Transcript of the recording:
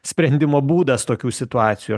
sprendimo būdas tokių situacijų